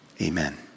Amen